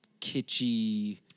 kitschy